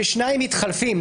ששניים מתחלפים,